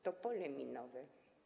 To pole minowe.